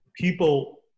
people